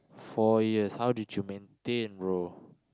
four years how did you maintain bro